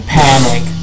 panic